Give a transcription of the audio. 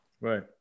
Right